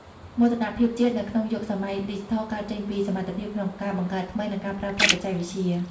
មោទនភាពជាតិនៅក្នុងយុគសម័យឌីជីថលគឺកើតចេញពីសមត្ថភាពក្នុងការបង្កើតថ្មី និងការប្រើប្រាស់បច្ចេកវិទ្យា។